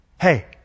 hey